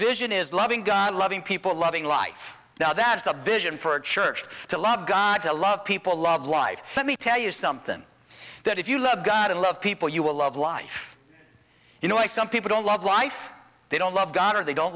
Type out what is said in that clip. vision is loving gun loving people loving life now that's the vision for a church to love god to love people love life let me tell you something that if you love god and love people you will love life you know why some people don't love life they don't love god or they don't